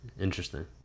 Interesting